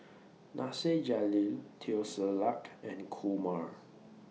Nasir Jalil Teo Ser Luck and Kumar